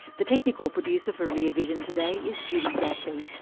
the technical producer for rear vision today is judy rapley.